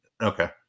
Okay